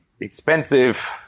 expensive